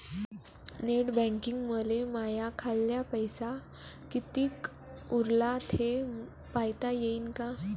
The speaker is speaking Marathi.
नेट बँकिंगनं मले माह्या खाल्ल पैसा कितीक उरला थे पायता यीन काय?